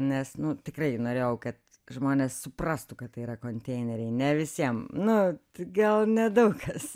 nes nu tikrai norėjau kad žmonės suprastų kad tai yra konteineriai ne visiem nu gal nedaug kas